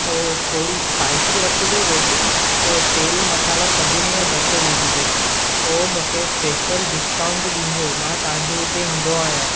ओ थोरी स्पाइसी रखिजो रोटी ऐं तेलु मसाल्हा सभिनि में घटि विझिजो ओ मूंखे स्पेशल डिस्काउंट ॾींदो मां तव्हांजे हिते ईंदो आहियां